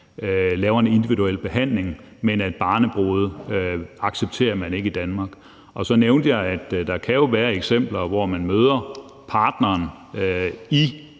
laver en individuel behandling, og at barnebrude accepterer man ikke i Danmark. Og så nævnte jeg, at der jo kan være eksempler, hvor man møder partneren i